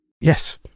Yes